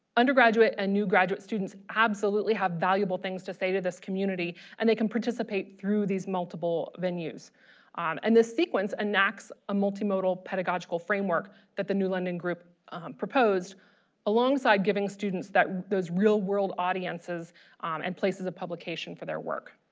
undergraduate and new graduate students absolutely have valuable things to say to this community and they can participate through these multiple venues um and this sequence enacts a multimodal pedagogical framework that the new london group proposed alongside giving students that those real-world audiences um and places of publication for their work.